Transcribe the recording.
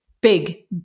big